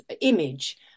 image